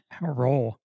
Roll